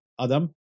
Adam